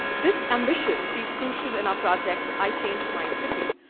this ambition sees fruition in our project, i changed my city,